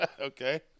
Okay